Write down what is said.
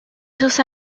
esos